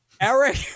Eric